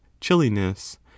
chilliness